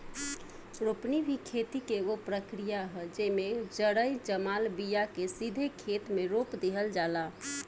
रोपनी भी खेती के एगो प्रक्रिया ह, जेइमे जरई जमाल बिया के सीधे खेते मे रोप दिहल जाला